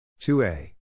2a